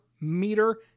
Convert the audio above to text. meter